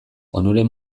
onuren